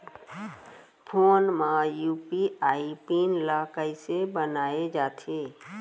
Phone म UPI PIN ल कइसे बनाये जाथे?